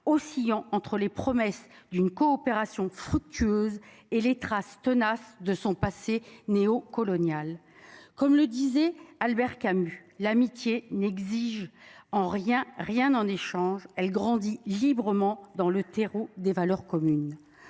oscillant entre les promesses d'une coopération fructueuse et les traces tenaces de son passé néo- coloniale comme le disait Albert Camus l'amitié n'exigent en rien rien en échange elle grandit librement dans le terreau des valeurs communes.